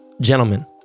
Gentlemen